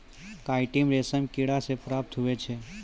chitin रेशम किड़ा से प्राप्त हुवै छै